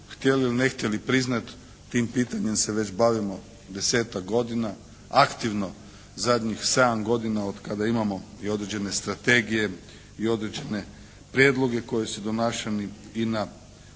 htjeli ili ne htjeli priznati tim pitanjem se već bavimo 10-tak godina, aktivno zadnjih 7 godina od kada imamo i određene strategije i određene prijedloge koji su donašani i na